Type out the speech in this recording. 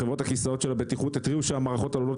כיסאות הבטיחות התריעו שהמערכות עלולות